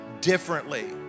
differently